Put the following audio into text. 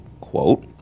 quote